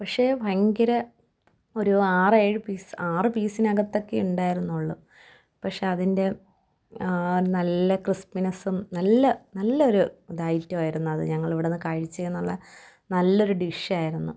പക്ഷെ ഭയങ്കര ഒരു ആറ് ഏഴു പീസ് ആറു പീസിനകത്തൊക്കെയേ ഉണ്ടായിരുന്നുള്ളു പക്ഷെ അതിൻ്റെ നല്ല ക്രിസ്പിനെസ്സും നല്ല നല്ലൊരു ഇത ഐറ്റമായിരുന്നു അതു ഞങ്ങളിവിടെ നിന്നു കഴിച്ചേന്നുള്ള നല്ലൊരു ഡിഷ് ആയിരുന്നു